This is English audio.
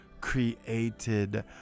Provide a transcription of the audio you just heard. created